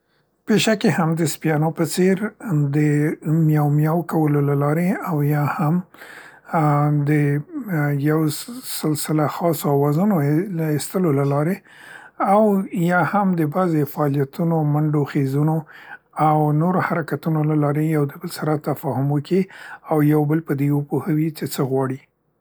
پیشکې هم د سپیانو په څير د میو میو کولو له لارې او یا هم ا ا د یو سس - سسلسله خاصو اوازونو یی د ایستلو له لارې او یا هم د بعضو فعالیتونو، منډو او خیزونو او نورو حرکتونو له لارې یو د بل سره تفاهم وکړي او یو بل په دې وپوهوي چې څه غواړي.